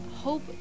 hope